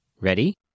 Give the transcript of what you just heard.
Ready